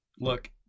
look